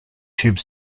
tube